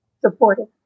supported